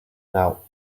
now